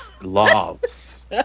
Loves